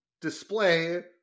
display